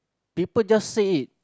people just say it